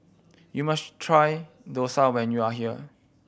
you must try dosa when you are here